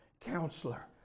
Counselor